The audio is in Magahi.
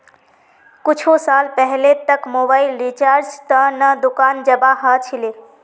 कुछु साल पहले तक मोबाइल रिचार्जेर त न दुकान जाबा ह छिले